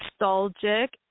nostalgic